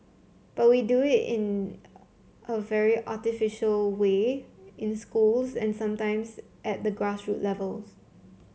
but we do it in a very artificial way in schools and sometimes at the grass root levels